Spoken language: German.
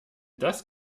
das